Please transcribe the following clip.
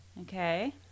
Okay